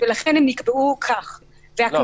ולכן הן נקבעו כך.